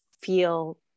feel